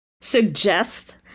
suggest